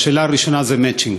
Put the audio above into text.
השאלה הראשונה זה מצ'ינג.